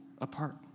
apart